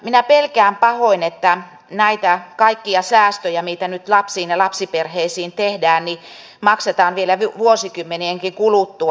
minä pelkään pahoin että näitä kaikkia säästöjä mitä nyt lapsiin ja lapsiperheisiin tehdään maksetaan vielä vuosikymmenienkin kuluttua